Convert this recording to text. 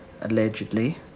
allegedly